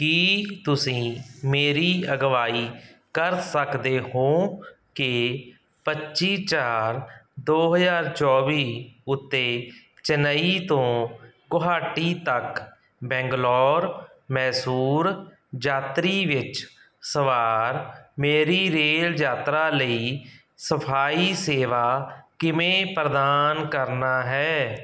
ਕੀ ਤੁਸੀਂ ਮੇਰੀ ਅਗਵਾਈ ਕਰ ਸਕਦੇ ਹੋ ਕਿ ਪੱਚੀ ਚਾਰ ਦੋ ਹਜ਼ਾਰ ਚੌਵੀ ਉੱਤੇ ਚੇਨੱਈ ਤੋਂ ਗੁਹਾਟੀ ਤੱਕ ਬੰਗਲੌਰ ਮੈਸੂਰ ਯਾਤਰੀ ਵਿੱਚ ਸਵਾਰ ਮੇਰੀ ਰੇਲ ਯਾਤਰਾ ਲਈ ਸਫ਼ਾਈ ਸੇਵਾ ਕਿਵੇਂ ਪ੍ਰਦਾਨ ਕਰਨਾ ਹੈ